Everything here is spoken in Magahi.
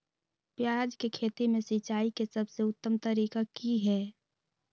प्याज के खेती में सिंचाई के सबसे उत्तम तरीका की है?